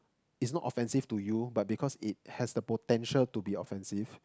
is not offensive to you but because it has the potential to be offensive